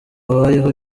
abayeho